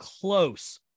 close